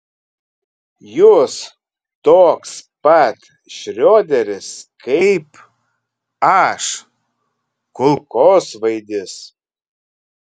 jūs toks pat šrioderis kaip aš kulkosvaidis